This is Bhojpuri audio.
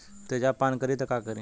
तेजाब पान करी त का करी?